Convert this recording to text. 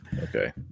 Okay